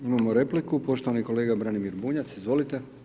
Imamo repliku, poštovani kolega Branimir Bunjac, izvolite.